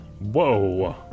Whoa